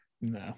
No